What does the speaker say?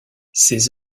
ses